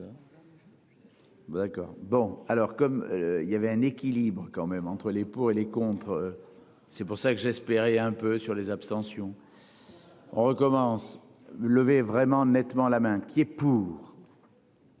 d'accord bon alors comme il y avait un équilibre quand même entre les pour et les contre. C'est pour ça que j'espérais un peu sur les abstentions. Recommence lever vraiment nettement la main qui est pour.